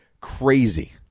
crazy